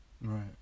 Right